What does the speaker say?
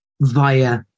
via